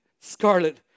scarlet